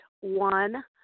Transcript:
one